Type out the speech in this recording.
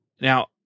Now